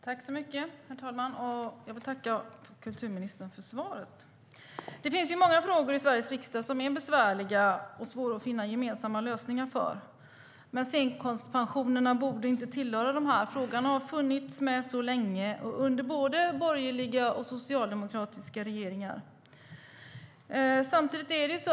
Herr talman! Jag vill tacka kulturministern för svaret. Det finns många frågor som är besvärliga och svåra att finna gemensamma lösningar på, men scenkonstpensionerna borde inte tillhöra dem. Frågan har funnits med länge och under både borgerliga och socialdemokratiska regeringar.